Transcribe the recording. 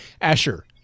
Asher